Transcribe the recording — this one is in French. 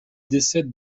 décède